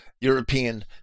European